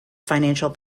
financial